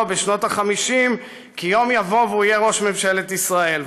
בשנות ה-50 כי יבוא יום ויהיה ראש ממשלת ישראל.